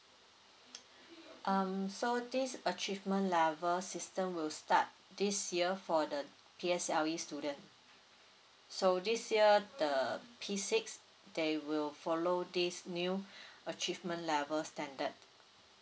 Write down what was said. um so this achievement level system will start this year for the P_S_L_E student so this year the P six they will follow this new achievement level standard